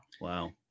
Wow